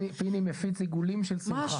פיני מפיץ עיגולים של שמחה.